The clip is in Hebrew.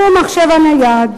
הוא המחשב הנייד,